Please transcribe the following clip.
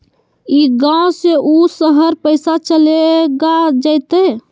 ई गांव से ऊ शहर पैसा चलेगा जयते?